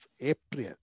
April